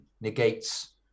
negates